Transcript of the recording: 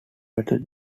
battles